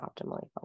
optimally